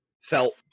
felt